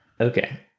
okay